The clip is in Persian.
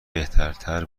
بهترتر